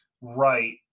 right